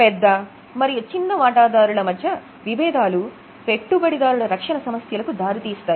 పెద్ద మరియు చిన్న వాటాదారుల మధ్య విభేదాలు పెట్టుబడిదారుల రక్షణ సమస్యలకు దారి తీస్తాయి